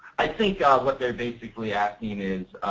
i think what theyire basically asking is,